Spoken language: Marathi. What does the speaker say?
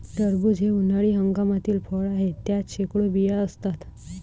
टरबूज हे उन्हाळी हंगामातील फळ आहे, त्यात शेकडो बिया असतात